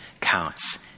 counts